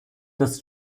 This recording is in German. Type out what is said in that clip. das